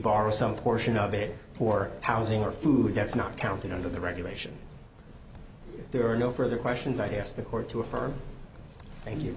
borrow some portion of it for housing or food that's not counting under the regulation there are no further questions i asked the court to affirm thank you